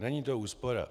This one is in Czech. Není to úspora.